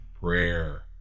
prayer